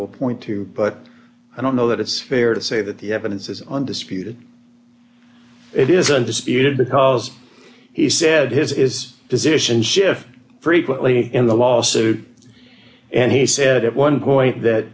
will point to but i don't know that it's fair to say that the evidence is undisputed it isn't disputed because he said his is position shift frequently in the lawsuit and he said at one point that